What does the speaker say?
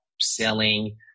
selling